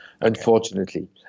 unfortunately